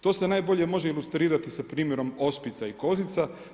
To se najbolje može ilustrirati sa primjerom ospica i kozica.